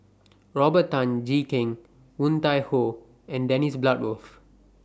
Robert Tan Jee Keng Woon Tai Ho and Dennis Bloodworth